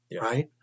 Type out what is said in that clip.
right